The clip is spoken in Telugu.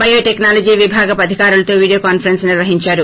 బయోటెక్పాలజీ విభాగపు అధికారులతో వీడియో కాన్సరెన్స్ నిర్వహించారు